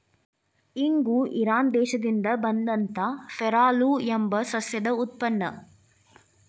ಇಂಗು ಇರಾನ್ ದೇಶದಿಂದ ಬಂದಂತಾ ಫೆರುಲಾ ಎಂಬ ಸಸ್ಯದ ಉತ್ಪನ್ನ